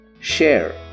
share